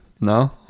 No